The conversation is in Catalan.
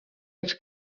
els